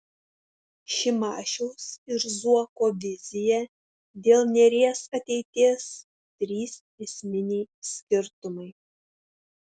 šimašiaus ir zuoko vizija dėl neries ateities trys esminiai skirtumai